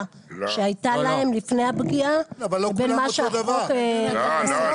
שהייתה להם לפני הפגיעה לבין מה שהחוק אומר.